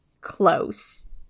close